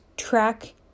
track